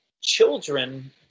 children